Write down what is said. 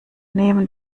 nehmen